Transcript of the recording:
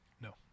No